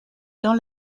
dans